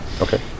Okay